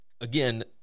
Again